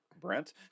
Brent